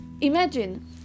imagine